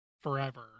forever